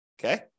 Okay